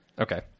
Okay